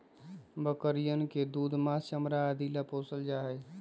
बकरियन के दूध, माँस, चमड़ा आदि ला पाल्ल जाहई